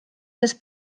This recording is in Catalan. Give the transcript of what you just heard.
dels